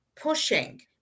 pushing